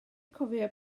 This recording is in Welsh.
cofio